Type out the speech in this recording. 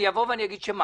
אני אבוא ואגיד, שמה?